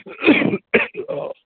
অঁ